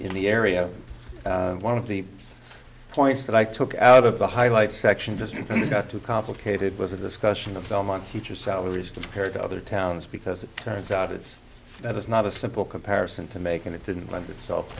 in the area one of the points that i took out of the highlight section just too complicated was a discussion of film on teacher salaries compared to other towns because it turns out it's that it's not a simple comparison to make and it didn't lend itself